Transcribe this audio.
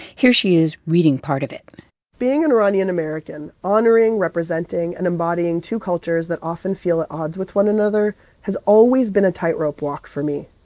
here she is reading part of it being an iranian american, honoring, representing and embodying two cultures that often feel at odds with one another has always been a tightrope walk for me.